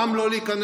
גם לא להיכנס.